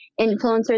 influencers